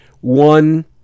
one